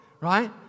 Right